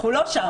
אנחנו לא שם.